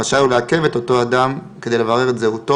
רשאי הוא לעכב את אותו אדם כדי לברר את זהותו